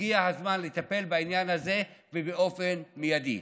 הגיע הזמן לטפל בעניין הזה ובאופן מיידי.